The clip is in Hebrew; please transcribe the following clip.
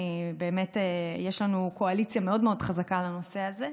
באמת, יש לנו קואליציה מאוד מאוד חזקה לנושא הזה,